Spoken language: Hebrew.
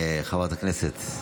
חברת הכנסת.